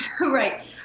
Right